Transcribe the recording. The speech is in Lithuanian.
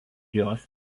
jos